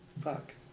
fuck